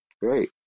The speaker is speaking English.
Great